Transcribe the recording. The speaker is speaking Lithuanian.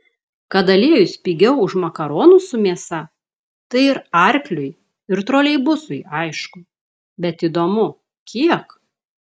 kad aliejus pigiau už makaronus su mėsa tai ir arkliui ir troleibusui aišku bet įdomu kiek